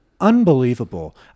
Unbelievable